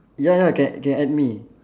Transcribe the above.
ya ya can can add me